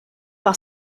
par